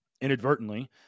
Inadvertently